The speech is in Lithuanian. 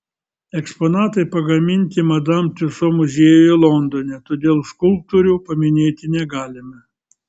eksponatai pagaminti madam tiuso muziejuje londone todėl skulptorių paminėti negalime